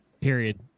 period